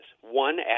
One